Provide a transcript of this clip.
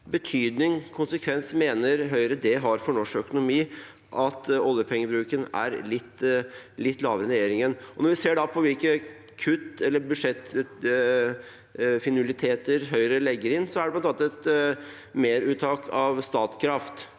betydning, eller konsekvens, mener Høyre det har for norsk økonomi at oljepengebruken er litt lavere enn regjeringens? Når vi ser på hvilke kutt eller budsjettfinurligheter Høyre legger inn, så er det bl.a. et meruttak fra Statkraft,